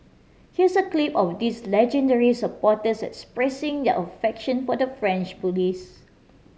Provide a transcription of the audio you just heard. here's a clip of these legendary supporters expressing their affection for the French police